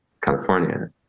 California